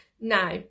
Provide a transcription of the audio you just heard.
Now